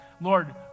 Lord